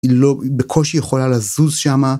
היא לא בקושי יכולה לזוז שמה.